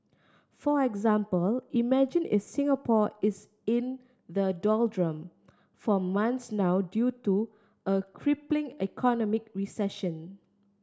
for example imagine is Singapore is in the doldrum for months now due to a crippling economic recession